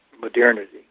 modernity